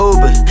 Uber